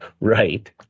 Right